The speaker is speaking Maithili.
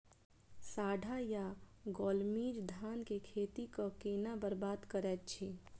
साढ़ा या गौल मीज धान केँ खेती कऽ केना बरबाद करैत अछि?